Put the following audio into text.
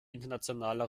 internationale